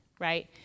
right